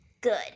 Good